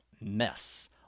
Mess